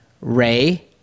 Ray